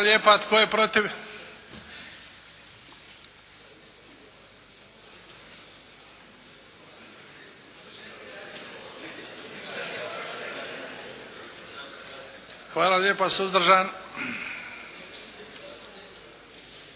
Hvala lijepa. Tko je protiv? Hvala lijepa. Suzdržan?